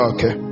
Okay